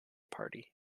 party